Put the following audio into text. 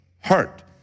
hurt